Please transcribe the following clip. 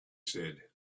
said